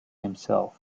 himself